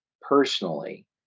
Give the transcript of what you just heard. personally